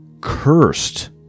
Cursed